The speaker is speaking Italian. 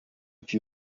più